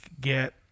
get